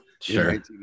Sure